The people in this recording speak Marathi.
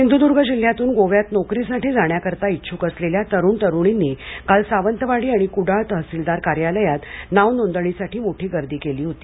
सिंधुर्दर्ग जिल्ह्यातून गोव्यात नोकरीसाठी जाण्यास इच्छुक असलेल्या तरुण तरुणींनी काल सावंतवाडी आणि कुडाळ तहसिलदार कार्यालयात काल नाव नोंदणीसाठी मोठी गर्दी केली होती